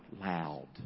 loud